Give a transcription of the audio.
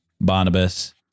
Barnabas